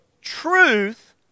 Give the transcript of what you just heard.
truth